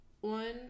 one